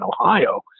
Ohio